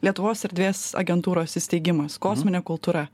lietuvos erdvės agentūros įsteigimas kosminė kultūra